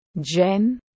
Jen